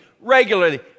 regularly